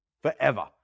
forever